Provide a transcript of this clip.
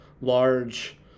large